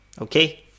Okay